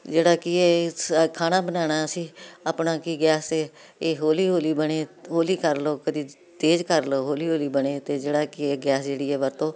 ਜਿਹੜਾ ਕਿ ਇਹ ਖਾਣਾ ਬਣਾਉਣਾ ਅਸੀਂ ਆਪਣਾ ਕਿ ਗੈਸ 'ਤੇ ਇਹ ਹੌਲੀ ਹੌਲੀ ਬਣੇ ਹੌਲੀ ਕਰ ਲਓ ਕਦੀ ਤੇਜ਼ ਕਰ ਲਓ ਹੌਲੀ ਹੌਲੀ ਬਣੇ ਅਤੇ ਜਿਹੜਾ ਕਿ ਇਹ ਗੈਸ ਜਿਹੜੀ ਵਰਤੋਂ